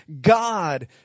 God